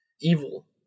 evil